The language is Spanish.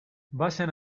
vayan